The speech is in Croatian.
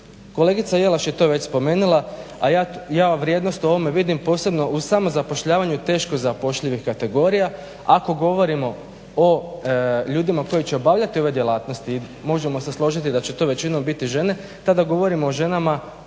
Kolegica Jelaš je to već spomenula, a ja vrijednost u ovome vidim posebno u samozapošljavanju teško zapošljivih kategorija, ako govorimo o ljudima koji će obavljati ove djelatnosti i možemo se složiti da će to većinom biti žene, tada govorimo o ženama